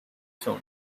soon